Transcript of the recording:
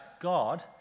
God